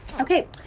Okay